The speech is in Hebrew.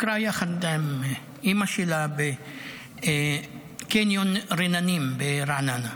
שביקרה יחד עם אימא שלה בקניון רננים ברעננה.